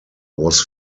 was